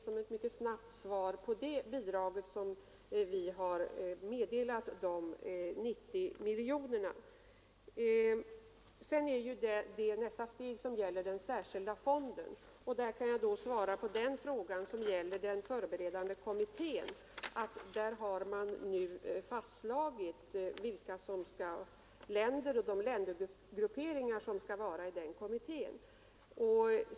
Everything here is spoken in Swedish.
Som ett snabbt svar på denna vädjan om bidrag har vi då lovat dessa 90 miljoner kronor. Nästa steg gäller den särskilda fonden, och på den fråga som gällde den förberedande kommittén kan jag svara att där har nu fastslagits vilka länder och ländergrupperingar som skall vara representerade i den.